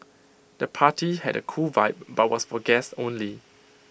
the party had A cool vibe but was for guests only